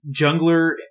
Jungler